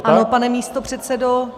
Ano, pane místopředsedo.